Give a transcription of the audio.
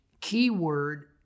keyword